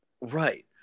Right